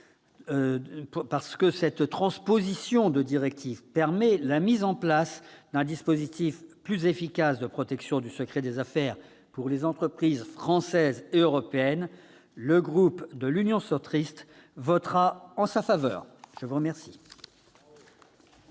parce que la transposition de cette directive permet la mise en place d'un dispositif plus efficace de protection du secret des affaires pour les entreprises françaises et européennes, le groupe Union Centriste votera en sa faveur. La parole